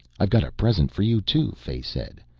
i got a present for you too, fay said.